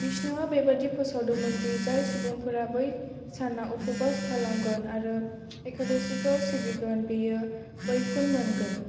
बिष्णुआ बेबायदि फोसावदोंमोन दि जाय सुबुंफोरा बै सानाव उपवास खालामगोन आरो एकादशीखौ सिबिगोन बेयो बैकुन्ठ मोनगोन